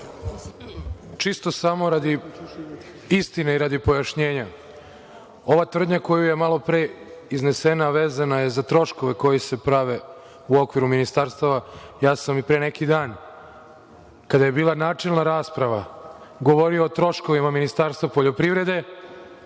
Čisto samo radi istine i radi pojašnjenja. Ova tvrdnja koja je malopre iznesena vezana je za troškove koji se prave u okviru ministarstava. Ja sam i pre neki dan, kada je bila načelna rasprava, govorio o troškovima Ministarstva poljoprivrede.